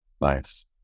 Nice